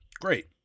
great